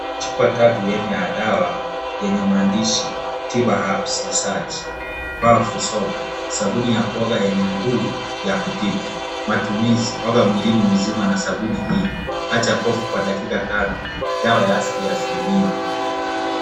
Chupa tatu ya aina ya dawa, yenye maandishi , Tiba herbs Research , Powerful Soap .sabuni ya kuoga yenye nguvu ya kutibu. Matumizi, oga mwilini mzima na sabuni hii, acha bofu kwa dakika tano. Dawa ya asili ya asilimia.